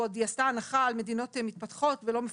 והיא עשתה הנחה על מדינות מתפתחות ולא מפותחות,